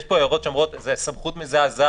יש פה הערות שאומרות שזו סמכות מזעזעת,